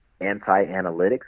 anti-analytics